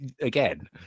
again